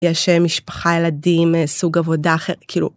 יש אה, משפחה, ילדים, סוג עבודה אחרת, כאילו.